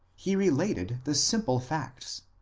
he related the simple facts,